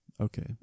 Okay